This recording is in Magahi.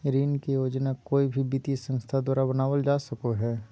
ऋण के योजना कोय भी वित्तीय संस्था द्वारा बनावल जा सको हय